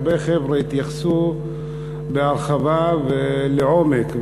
הרבה חבר'ה התייחסו בהרחבה ולעומק,